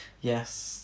Yes